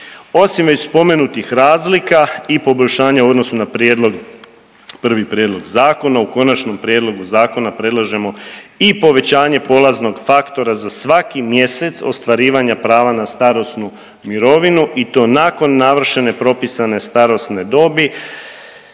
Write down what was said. Osim već spomenutih razlika i poboljšanja u odnosu na prijedlog, prvi prijedlog zakona u konačnom prijedlogu zakona predlažemo i povećanje polaznog faktora za svaki mjesec ostvarivanja prava na starosnu mirovinu i to nakon navršene propisane starosne dobi,